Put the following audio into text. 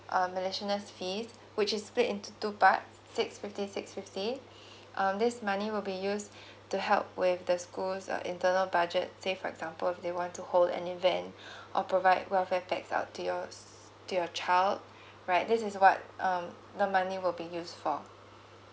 uh miscellaneous fees which is split into two part six fifty six fifty um this money will be used to help with the schools uh internal budget say for example if they want to hold an event or provide welfare pax out to yours to your child right this is what um the money will be used for